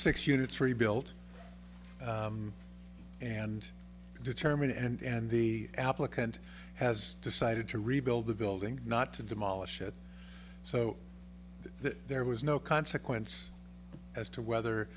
six units rebuilt and determine and the applicant has decided to rebuild the building not to demolish it so that there was no consequence as to whether